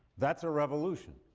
that's a revolution,